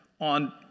on